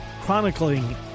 chronicling